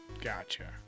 Gotcha